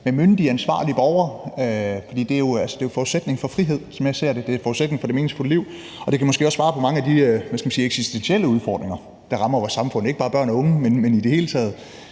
med myndige, ansvarlige borgere, for det er jo forudsætningen for frihed, som jeg ser det. Det er forudsætningen for det meningsfulde liv. Og det kan måske også være et svar på mange af de – hvad skal man sige – eksistentielle udfordringer, der rammer ikke bare børn og unge, men vores samfund i det hele taget.